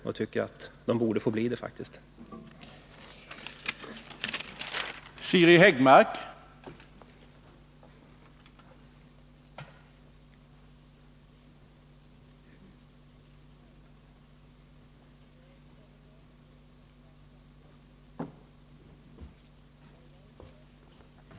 Jag tycker faktiskt att de borde få bli legitimerade sjuksköterskor.